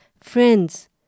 friends